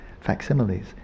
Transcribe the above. facsimiles